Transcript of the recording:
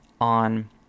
on